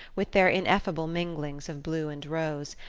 with their ineffable minglings of blue and rose,